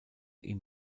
ihn